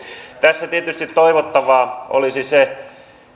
tässä tietysti toivottavaa olisi se